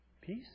Peace